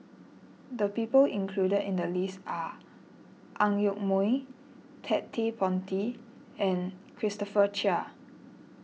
the people included in the list are Ang Yoke Mooi Ted De Ponti and Christopher Chia